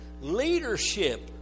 Leadership